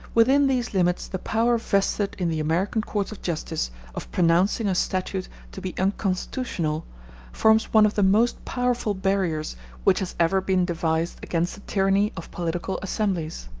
within these limits the power vested in the american courts of justice of pronouncing a statute to be unconstitutional forms one of the most powerful barriers which has ever been devised against the tyranny of political assemblies.